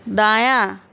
دایاں